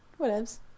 Whatevs